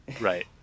Right